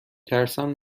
ترسم